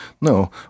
no